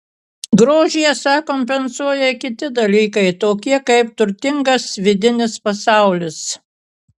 grožį esą kompensuoja kiti dalykai tokie kaip turtingas vidinis pasaulis